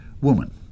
woman